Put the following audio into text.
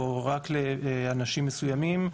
או רק לאנשים מסוימים,